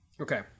Okay